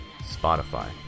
Spotify